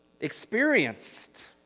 experienced